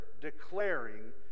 declaring